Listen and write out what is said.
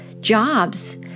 jobs